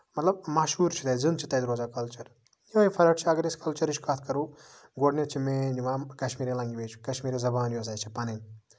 مطلب مَشہوٗر چھُ تَتہِ زِندٕ چھُ روزان تَتہِ کَلچر یِہوے فرق چھِ اَگر أسۍ کَلچرٕچۍ کَتھ کرو گۄڈٕنیتھ چھِ مین یِوان کَشمیٖری لینگویج کَمشیٖری زَبان یۄس اسہِ چھےٚ پَنٕنۍ